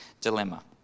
dilemma